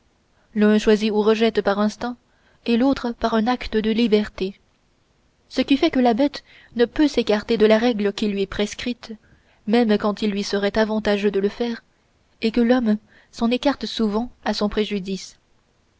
l'un choisit ou rejette par instinct et l'autre par un acte de liberté ce qui fait que la bête ne peut s'écarter de la règle qui lui est prescrite même quand il lui serait avantageux de le faire et que l'homme s'en écarte souvent à son préjudice